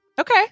Okay